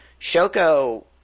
Shoko